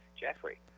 Jeffrey